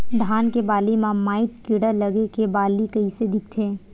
धान के बालि म माईट कीड़ा लगे से बालि कइसे दिखथे?